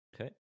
Okay